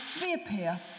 reappear